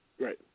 Right